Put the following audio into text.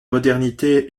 modernité